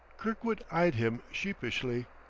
kirkwood eyed him sheepishly.